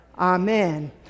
Amen